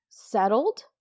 settled